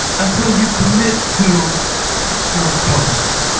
until you commit to your post.